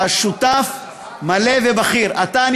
אתה שותף מלא ובכיר, אתה.